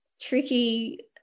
tricky